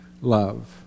love